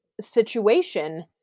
situation